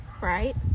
Right